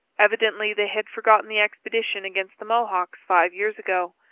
evidently they had forgotten the expedition against the mohawks five years ago.